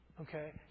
Okay